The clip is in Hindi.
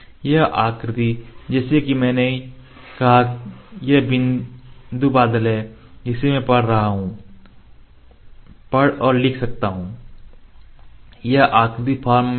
यह आकृति जैसा कि मैंने कहा यह बिंदु बादल है जिसे मैं पढ़ और लिख सकता हूं क्योंकि यह आकृति फॉर्म में है